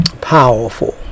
Powerful